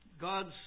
God's